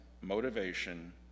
motivation